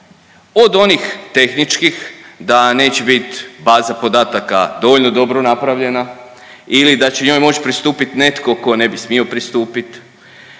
od onih tehničkih da neće biti baza podataka dovoljno dobro napravljena ili da će njoj moći pristupiti netko tko ne bi smio pristupiti